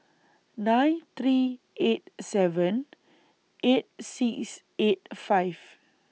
nine three eight seven eight six eight five